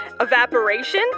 Evaporation